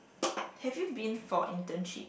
have you been for internship